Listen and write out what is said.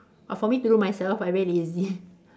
but for me to do myself I very lazy